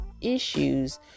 issues